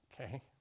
Okay